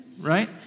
right